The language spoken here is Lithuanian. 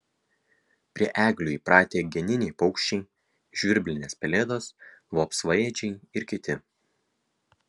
prie eglių įpratę geniniai paukščiai žvirblinės pelėdos vapsvaėdžiai ir kiti